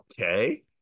Okay